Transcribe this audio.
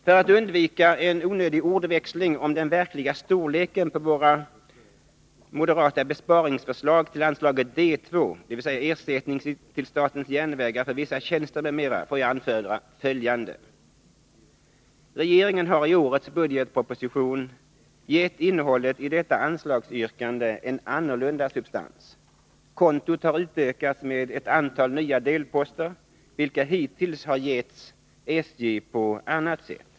För att undvika en onödig ordväxling om den verkliga storleken på vårt moderata besparingsförslag till anslaget D 2 — dvs. ersättning till statens järnvägar för vissa tjänster m.m. — får jag anföra följande: Regeringen har i årets budgetproposition gett innehållet i detta anslagsyrkande en annorlunda substans — kontot har utökats med ett antal nya delposter, vilka hittills har getts SJ på annat sätt.